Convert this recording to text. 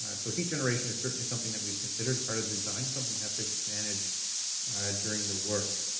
so heat generation is certainly something that we've considered as part of the design as something we have to manage during the work.